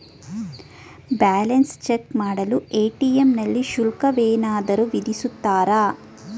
Balance check ಮಾಡಲು ATM ನಲ್ಲಿ ಶುಲ್ಕವೇನಾದರೂ ವಿಧಿಸುತ್ತಾರಾ?